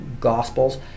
Gospels